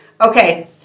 Okay